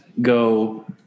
go